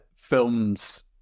Films